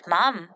Mom